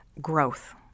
growth